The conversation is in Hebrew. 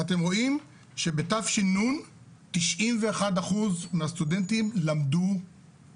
אתם רואים שבתש"ן 91% מהסטודנטים למדו